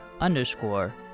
underscore